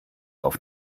auf